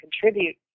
contribute